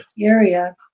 Area